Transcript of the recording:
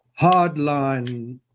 hardline